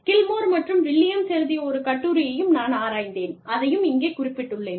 Gilmore மற்றும் Williams எழுதிய ஒரு கட்டுரையையும் நான் ஆராய்ந்தேன் அதையும் இங்கே குறிப்பிட்டுள்ளேன்